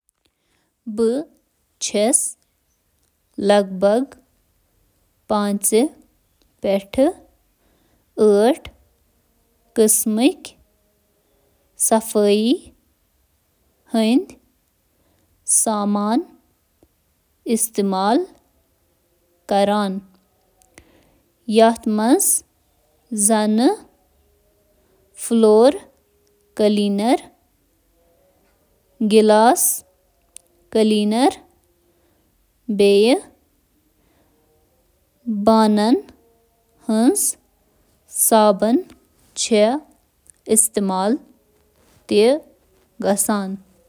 صفٲیی ہِنٛدِ چیٖز چھِ واریاہ قٕسٕم، یِمن منٛز شٲمِل چھِ: صفٲیی ہُند ایجنٹ صفٲیی ہٕنٛدۍ ژور اَہَم قٕسٕم چھِ آب، ڈٹرجنٹ، ایسڈ تہٕ الکلی۔